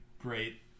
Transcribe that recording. great